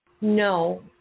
No